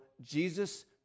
Jesus